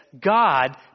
God